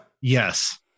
yes